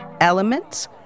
elements